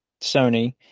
Sony